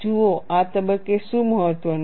જુઓ આ તબક્કે શું મહત્વનું છે